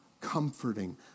comforting